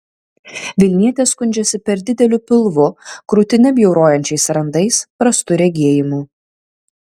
vilnietė skundžiasi per dideliu pilvu krūtinę bjaurojančiais randais prastu regėjimu